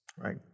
Right